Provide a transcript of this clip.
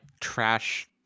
trash